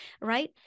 right